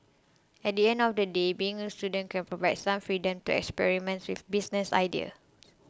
at the end of the day being a student can provide some freedom to experiment with business ideas